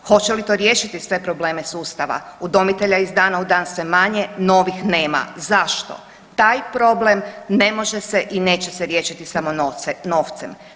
Hoće li to riješiti sve probleme sustava, udomitelja je iz dana u dan sve manje, novih nema, zašto, taj problem ne može se i neće se riješiti samo novcem.